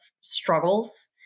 struggles